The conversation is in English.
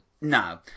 No